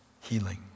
healing